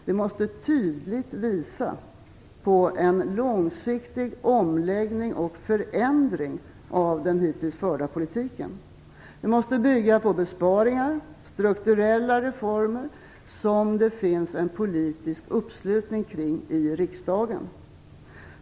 Det måste tydligt visa på en långsiktig omläggning och förändring av den hittills förda politiken. Det måste bygga på besparingar och strukturella reformer som det finns en politisk uppslutning kring i riksdagen.